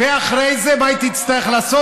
ואחרי זה מה היא תצטרך לעשות?